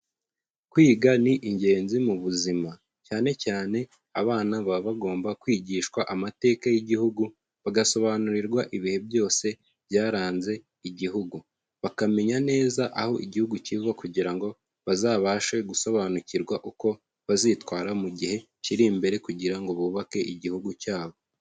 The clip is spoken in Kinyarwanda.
Kwiga ni ingenzi mu buzima. Cyane cyane, abana baba bagomba kwigishwa amateka y'igihugu, bagasobanurirwa ibihe byose byaranze igihugu. Bakamenya neza aho igihugu kiva kugira ngo bazabashe gusobanukirwa uko bazitwara mu gihe kiri imbere, kugira ngo bubake igihugu cyabo.